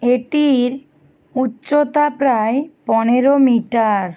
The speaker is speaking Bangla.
এটির উচ্চতা প্রায় পনেরো মিটার